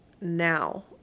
now